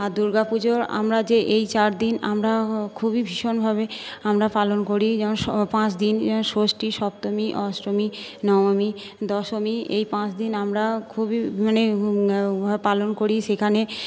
আর দুর্গাপুজোর আমরা যে এই চারদিন আমরা আ খুবই ভীষণভাবে আমরা পালন করি যেমন স পাঁচদিন ষষ্ঠী সপ্তমী অষ্টমী নবমী দশমী এই পাঁচদিন আমরা খুবই মানে পালন করি সেখানে